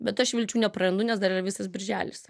bet aš vilčių neprarandu nes dar yra visas birželis